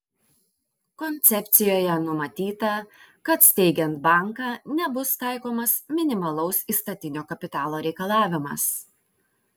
koncepcijoje numatyta kad steigiant banką nebus taikomas minimalaus įstatinio kapitalo reikalavimas